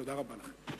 תודה רבה לכם.